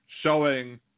showing